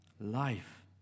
Life